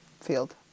field